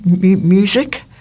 music